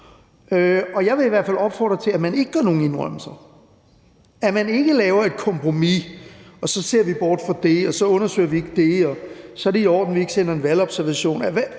Jeg vil i hvert fald opfordre til, at man ikke gør nogen indrømmelser, at man ikke laver et kompromis; så ser vi bort fra det, og så undersøger vi ikke det, og så er det i orden, at vi ikke sender valgobservatører – alt,